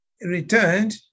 returned